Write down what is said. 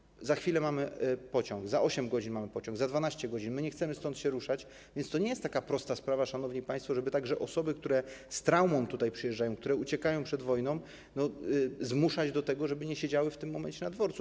Odpowiadają: za chwilę mamy pociąg; za 8 godzin mamy pociąg; za 12 godzin; my nie chcemy stąd się ruszać - więc to nie jest prosta sprawa, szanowni państwo, żeby osoby, które z traumą tutaj przyjeżdżają, które uciekały przed wojną, zmuszać do tego, żeby nie siedziały w tym momencie na dworcu.